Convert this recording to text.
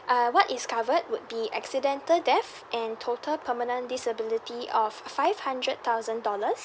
uh what is covered would be accidental death and total permanent disability of five hundred thousand dollars